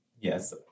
Yes